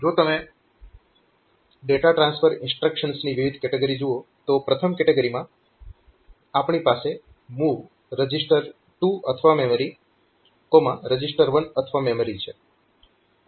જો તમે data transfer ઇન્સ્ટ્રક્શન્સની વિવિધ કેટેગરી જુઓ તો પ્રથમ કેટેગરીમાં આપણી પાસે MOV reg2memreg1mem છે